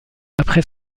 après